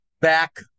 back